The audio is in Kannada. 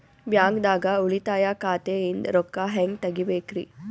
ಬ್ಯಾಂಕ್ದಾಗ ಉಳಿತಾಯ ಖಾತೆ ಇಂದ್ ರೊಕ್ಕ ಹೆಂಗ್ ತಗಿಬೇಕ್ರಿ?